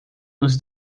nos